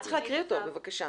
בבקשה.